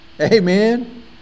Amen